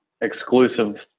exclusive